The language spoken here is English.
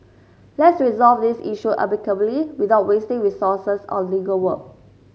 let's resolve this issue amicably without wasting resources on legal work